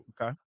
Okay